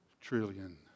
trillion